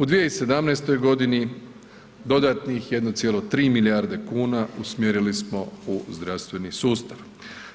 U 2017.g. dodatnih 1,3 milijarde kuna usmjerili smo u zdravstveni sustav,